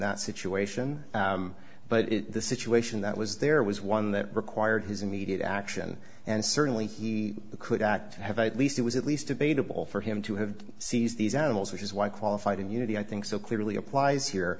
that situation but the situation that was there was one that required his immediate action and certainly he could at have at least it was at least debatable for him to have seized these animals which is why qualified immunity i think so clearly applies here